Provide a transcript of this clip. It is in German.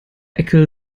eckel